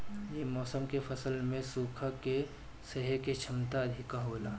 ये मौसम के फसल में सुखा के सहे के क्षमता अधिका होला